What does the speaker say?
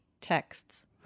texts